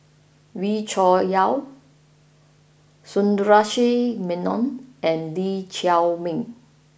Wee Cho Yaw Sundaresh Menon and Lee Chiaw Meng